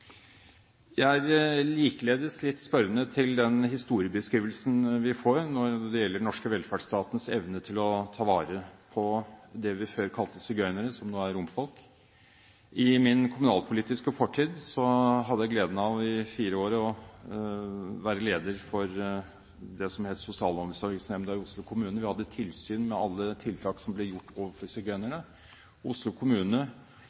Jeg er likeledes litt spørrende til den historiebeskrivelsen vi får når det gjelder den norske velferdsstatens evne til å ta vare på det vi før kalte sigøynere, som er romfolk. I min kommunalpolitiske fortid hadde jeg gleden av i fire år å være leder for det som het Sosialomsorgsnemnda i Oslo kommune. Vi hadde tilsyn med alle tiltak som ble gjort for sigøynerne. Oslo kommune